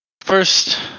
first